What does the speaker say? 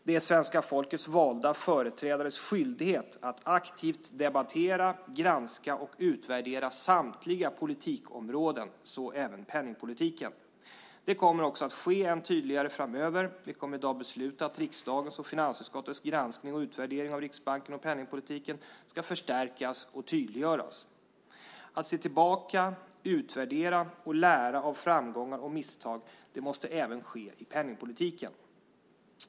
Det är svenska folkets valda företrädares skyldighet att aktivt debattera, granska och utvärdera samtliga politikområden, så även penningpolitiken. Det kommer också att ske än tydligare framöver. Det kommer i dag beslut om att riksdagens och finansutskottets granskning och utvärdering av Riksbanken och penningpolitiken ska förstärkas och tydliggöras. Att se tillbaka, utvärdera och lära av framgångar och misstag måste även ske i penningpolitiken.